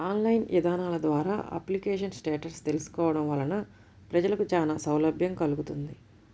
online ఇదానాల ద్వారా application status తెలుసుకోవడం వలన ప్రజలకు చానా సౌలభ్యం కల్గుతుంది